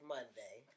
Monday